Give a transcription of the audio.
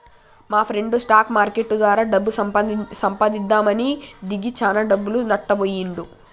మాప్రెండు stock market ద్వారా డబ్బు సంపాదిద్దామని దిగి చానా డబ్బులు నట్టబొయ్యిండు